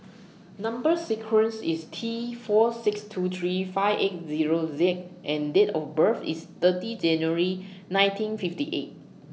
Number sequence IS T four six two three five eight Zero Z and Date of birth IS thirty January nineteen fifty eight